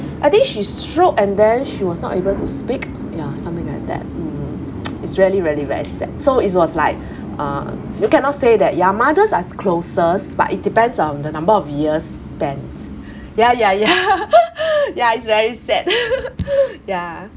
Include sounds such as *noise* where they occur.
I think she stroke and then she was not able to speak ya something like that mm *noise* it's really really very sad so it was like *breath* uh you cannot say that ya mothers are closest but it depends on the number of years spent *breath* ya ya ya *laughs* ya it's very sad *laughs* ya